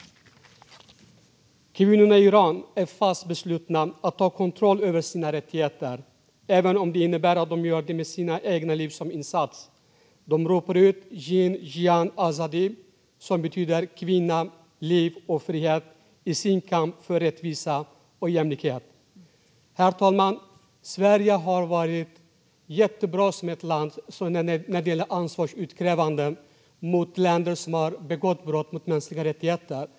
Kvinnorna i Iran är fast beslutna att ta kontroll över sina rättigheter, även om det innebär att de gör det med sina egna liv som insats. De ropar ut jin, jiyan, azadi - som betyder kvinna, liv och frihet - i sin kamp för rättvisa och jämlikhet. Herr talman! Sverige har varit jättebra som land när det gäller ansvarsutkrävande mot länder som har begått brott mot mänskliga rättigheter.